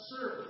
serve